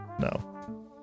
no